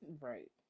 right